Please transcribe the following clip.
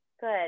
good